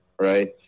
right